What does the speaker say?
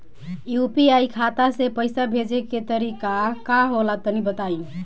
UPI खाता से पइसा भेजे के तरीका का होला तनि बताईं?